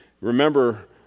Remember